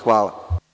Hvala.